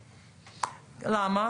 למה?